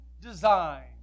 design